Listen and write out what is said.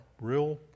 real